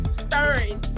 stirring